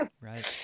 Right